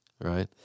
right